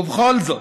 ובכל זאת